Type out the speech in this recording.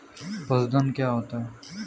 पशुधन क्या होता है?